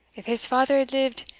if his father had lived,